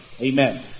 Amen